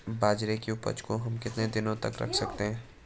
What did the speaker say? बाजरे की उपज को हम कितने दिनों तक रख सकते हैं?